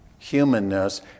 humanness